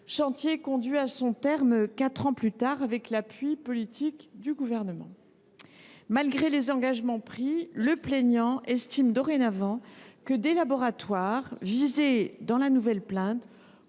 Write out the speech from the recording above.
chantier conduit à son terme quatre ans plus tard, avec l’appui politique du Gouvernement. Néanmoins, malgré les engagements pris, le plaignant estime dorénavant que des laboratoires visés dans la nouvelle plainte